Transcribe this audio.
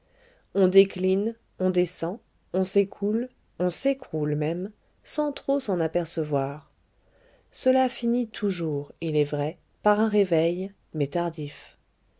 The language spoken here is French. on décline on descend on s'écoule on s'écroule même sans trop s'en apercevoir cela finit toujours il est vrai par un réveil mais tardif